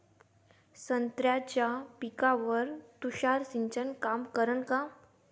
संत्र्याच्या पिकावर तुषार सिंचन काम करन का?